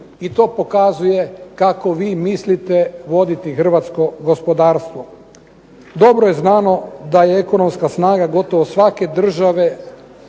i to pokazuje kako vi mislite voditi hrvatsko gospodarstvo. Dobro je znano da je ekonomska snaga gotovo svake države